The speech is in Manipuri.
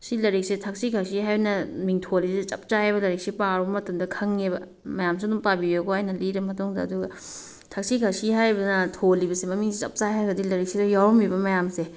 ꯁꯤ ꯂꯥꯏꯔꯤꯛꯁꯦ ꯊꯛꯁꯤ ꯈꯥꯁꯤ ꯍꯥꯏꯅ ꯃꯤꯡꯊꯣꯜꯂꯤꯁꯦ ꯆꯞ ꯆꯥꯏꯑꯦꯕ ꯂꯥꯏꯔꯤꯛꯁꯦ ꯄꯥꯔꯨꯕ ꯃꯇꯝꯗ ꯈꯪꯉꯦꯕ ꯃꯌꯥꯝꯁꯨ ꯑꯗꯨꯝ ꯄꯥꯕꯤꯌꯨꯀꯣ ꯑꯩꯅ ꯂꯤꯔ ꯃꯇꯨꯡꯗ ꯑꯗꯨꯒ ꯊꯛꯁꯤ ꯈꯥꯁꯤ ꯍꯥꯏꯗꯅ ꯊꯣꯜꯂꯤꯕꯁꯦ ꯃꯃꯤꯡꯁꯤ ꯆꯞ ꯆꯥꯏ ꯍꯥꯏꯔꯒꯗꯤ ꯂꯥꯏꯔꯤꯛꯁꯤꯗ ꯌꯥꯎꯔꯝꯃꯤꯕ ꯃꯌꯥꯝꯁꯦ